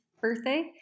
birthday